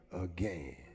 again